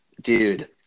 dude